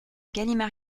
galimard